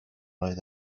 oedd